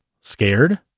Scared